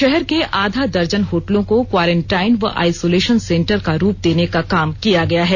शहर के आधा दर्जन होटलों को क्वॉरेंटाइन व आईसोलेशन सेंटर का रूप देने का काम किया गया है